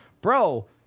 bro